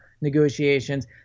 negotiations